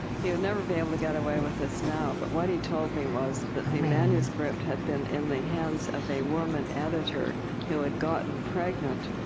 he would never be able to get away with this now. but what he told me was that the manuscript had been in the hands of a woman editor who had gotten pregnant,